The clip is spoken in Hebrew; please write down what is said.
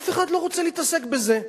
אף אחד לא רוצה להתעסק בזה.